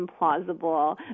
implausible